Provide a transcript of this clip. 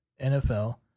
NFL